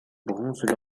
bronze